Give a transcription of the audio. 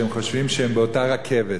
שהם חושבים שהם באותה רכבת.